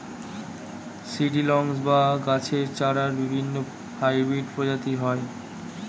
seedlings বা গাছের চারার বিভিন্ন হাইব্রিড প্রজাতি হয়